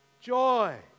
joy